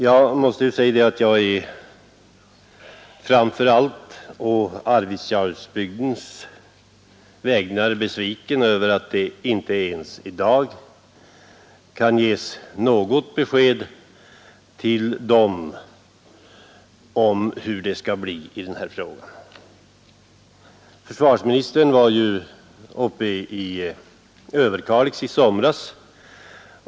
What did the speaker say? Jag måste säga att jag framför allt på Arvidsjaursbygdens vägnar är besviken över att det inte ens i dag kan ges något besked till människorna där om hur det skall bli i den här frågan. Försvarsministern var uppe i Överkalix i somras.